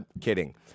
kidding